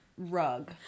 rug